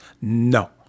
No